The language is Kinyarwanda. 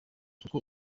kuko